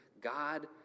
God